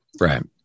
Right